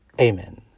Amen